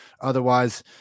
otherwise